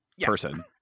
person